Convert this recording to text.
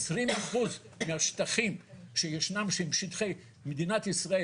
20% מהשטחים שישנם שהם שטחי מדינת ישראל